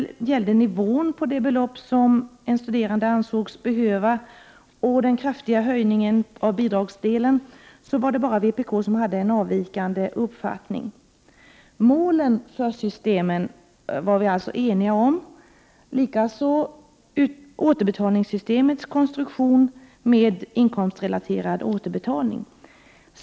I fråga om nivån på det belopp som en studerande ansågs behöva och den kraftiga höjningen av bidragsdelen hade bara vpk en avvikande uppfattning. Målen för systemet var vi alltså eniga om, likaså om återbetalningssystemets konstruktion med inkomstrelaterad återbetalning.